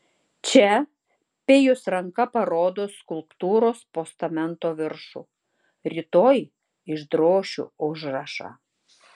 čia pijus ranka parodo skulptūros postamento viršų rytoj išdrošiu užrašą